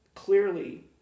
clearly